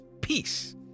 peace